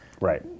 Right